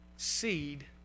seed